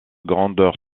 grandeur